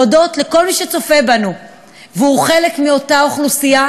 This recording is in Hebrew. להודות לכל מי שצופה בנו והוא חלק מאותה אוכלוסייה,